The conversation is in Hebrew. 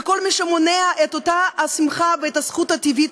וכל מי שמונע את אותה השמחה ואת הזכות הטבעית